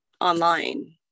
online